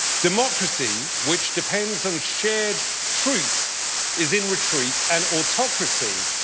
democracy which depends on shared truths is in retreat and autocracy,